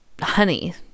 honey